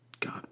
God